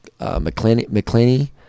McClaney